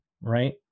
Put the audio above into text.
right